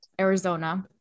Arizona